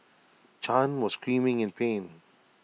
chan was screaming in pain